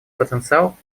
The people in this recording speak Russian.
потенциал